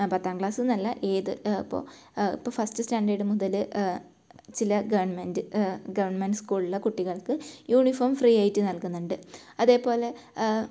പത്താം ക്ലാസ്സ് എന്നല്ല ഏത് ഇപ്പോൾ ഇപ്പം ഫസ്റ്റ് സ്റ്റാൻഡേഡ് മുതൽ ചില ഗവൺമെൻറ് ഗവൺമെൻറ് സ്കൂളിലെ കുട്ടികൾക്ക് യൂണീഫോം ഫ്രീ ആയിട്ട് നൽകുന്നുണ്ട് അതുപോലെ